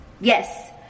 Yes